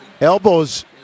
Elbows